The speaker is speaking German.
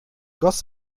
goss